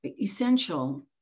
essential